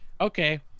okay